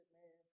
man